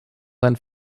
sein